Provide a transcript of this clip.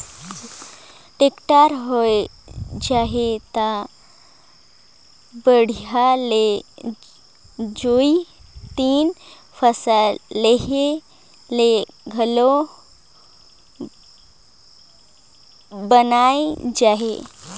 tractor होए जाही त बड़िहा ले दुइ तीन फसल लेहे ले घलो बइन जाही